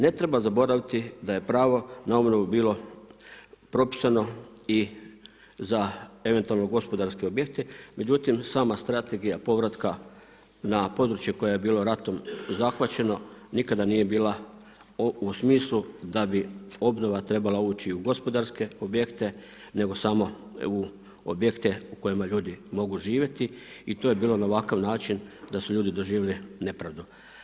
Ne treba zaboraviti da je pravo na obnovu bilo propisano i za eventualno gospodarske objekte međutim, sama strategija povratka na područje koje je bilo ratom zahvaćeno nikada nije bila u smislu da bi obnova trebala ući u gospodarske objekte nego samo u objekte u kojima ljudi mogu živjeti i to je bilo na ovakav način da su ljudi doživjeli nepravdu.